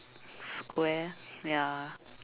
square ya